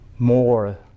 more